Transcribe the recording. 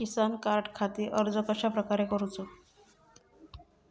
किसान कार्डखाती अर्ज कश्याप्रकारे करूचो?